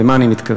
למה אני מתכוון?